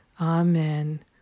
Amen